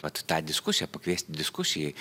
vat tą diskusiją pakviesti diskusijai